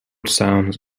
sounds